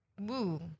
woo